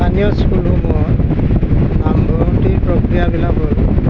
স্থানীয় স্কুলসমূহত নামভৰ্তিৰ প্ৰক্ৰিয়াবিলাক হ'ল